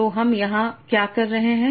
तो हम यहां क्या कर रहे हैं